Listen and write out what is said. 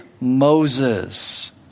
Moses